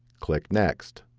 click next.